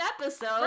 episode